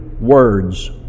words